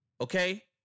Okay